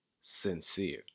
Sincere